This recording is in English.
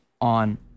on